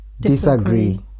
Disagree